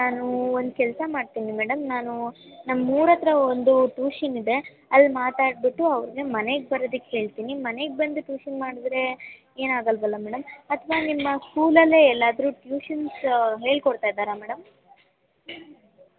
ನಾನು ಒಂದು ಕೆಲಸ ಮಾಡ್ತೀನಿ ಮೇಡಮ್ ನಾನು ನಮ್ಮೂರ ಹತ್ರ ಒಂದು ಟ್ಯೂಷನ್ ಇದೆ ಅಲ್ಲಿ ಮಾತಾಡಿಬಿಟ್ಟು ಅವರಿಗೆ ಮನೇಗೆ ಬರೋದಿಕ್ಕೆ ಹೇಳ್ತೀನಿ ಮನೇಗೆ ಬಂದು ಟ್ಯೂಷನ್ ಮಾಡಿದರೇ ಏನಾಗೋಲ್ವಲ್ಲ ಮೇಡಮ್ ಅಥವಾ ನಿಮ್ಮ ಸ್ಕೂಲಲ್ಲೇ ಎಲ್ಲಾದರು ಟ್ಯೂಷನ್ಸ್ ಹೇಳ್ಕೊಡ್ತಾ ಇದ್ದಾರ ಮೇಡಮ್